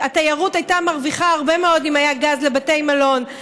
התיירות הייתה מרוויחה הרבה מאוד אם היה גז לבתי מלון,